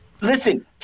Listen